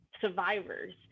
survivors